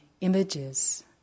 images